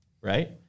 right